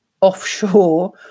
offshore